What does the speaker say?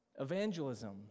evangelism